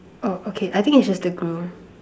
oh okay I think it's just the groom